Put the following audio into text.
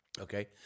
Okay